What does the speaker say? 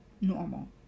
normal